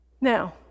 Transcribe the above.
Now